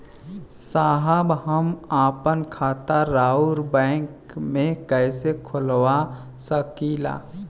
साहब हम आपन खाता राउर बैंक में कैसे खोलवा सकीला?